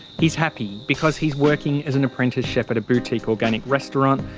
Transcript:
he's happy, because he's working as an apprentice chef at a boutique organic restaurant,